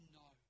no